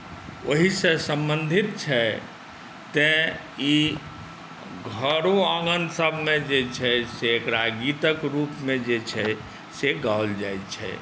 ओहीसँ सम्बन्धित छै तैँ ई घरो आङ्गनसभमे जे छै से एकरा गीतक रूपमे जे छै से गाओल जाइत छै